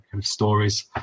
stories